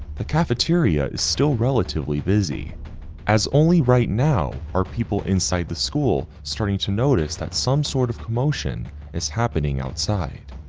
the cafeteria is still relatively busy as only right now are people inside the school starting to notice that some sort of commotion is happening outside.